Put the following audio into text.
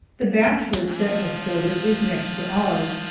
the bachelors' set of quarters is next to ours,